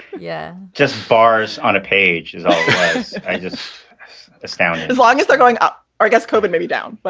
yeah, just bars on a page is just astounding as long as they're going up our gas covid maybe down, but